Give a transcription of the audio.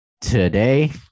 today